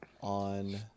on